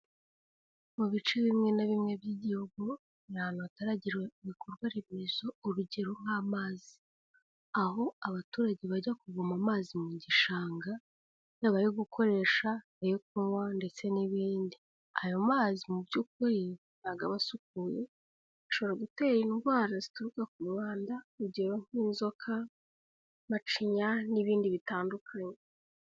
Mu bice bimwe na bimwe by'igihugu, hari ahantu hataragera ibikorwaremezo, urugero nk'amazi, aho abaturage bajya kuvoma amazi mu gishanga, yaba ayo gukoresha, ayo kunywa ndetse n'ibindi, ayo mazi mu by'ukuri ntabwo aba asukuye, ashobora gutera indwara zituruka ku mwanda, urugero nk'inzoka, macinya, n'ibindi bitandukanye.